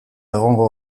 egongo